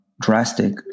drastic